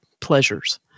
pleasures